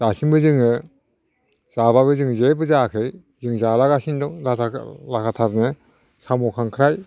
दासिमबो जोङो जाबाबो जों जेबो जायाखै जों जालागासिनो दं लागाथारनो साम' खांख्राय